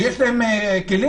יש להם כלים?